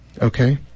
Okay